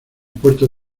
puerto